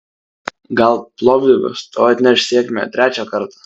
gal plovdivas tau atneš sėkmę trečią kartą